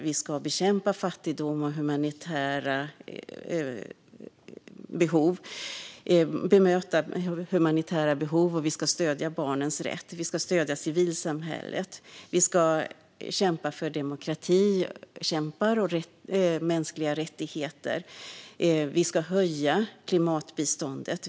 Vi ska bekämpa fattigdom och möta humanitära behov. Vi ska stödja barnens rätt och civilsamhället. Vi ska kämpa för demokrati och mänskliga rättigheter och höja klimatbiståndet.